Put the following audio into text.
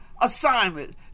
assignment